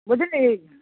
बुझली